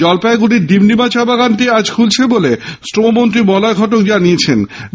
জলপাইগুড়ির ডিমডিমা চা বাগানটি আজ খুলছে বলে শ্রমমন্ত্রী মলয় ঘটক জানিয়েছেন